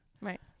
right